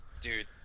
Dude